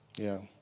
yeah.